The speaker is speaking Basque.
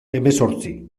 hemezortzi